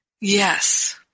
Yes